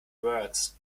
words